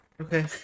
Okay